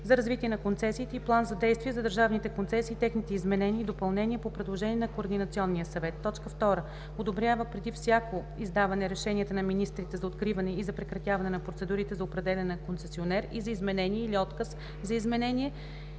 за развитие на концесиите и план за действие за държавните концесии и техните изменения и допълнения по предложение на Координационния съвет; 2. одобрява преди тяхното издаване решенията на министрите за откриване и за прекратяване на процедурите за определяне на концесионер и за изменение или отказ за изменение